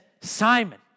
Simon